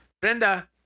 Brenda